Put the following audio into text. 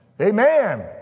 Amen